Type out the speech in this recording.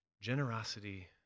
Generosity